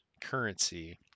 currency